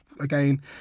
again